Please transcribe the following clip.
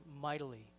mightily